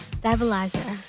stabilizer